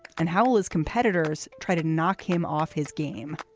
and how will his competitors try to knock him off his game.